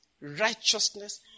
righteousness